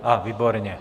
A výborně.